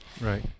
Right